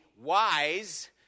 wise